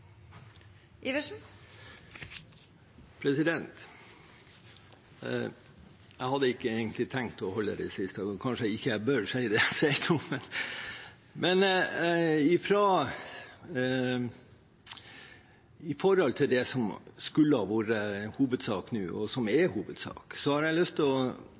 Jeg hadde egentlig ikke tenkt å si noen siste ord, og kanskje jeg ikke bør si det jeg sier nå, men når det gjelder det som skulle ha vært hovedsak nå, og som er hovedsak, har jeg lyst til å